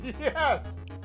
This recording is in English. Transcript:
Yes